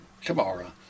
tomorrow